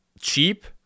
cheap